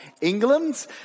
England